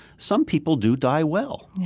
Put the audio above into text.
some people do die well.